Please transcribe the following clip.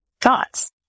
thoughts